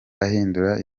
ahindura